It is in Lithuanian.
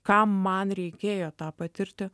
kam man reikėjo tą patirti